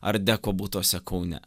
art deko butuose kaune